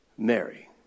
Mary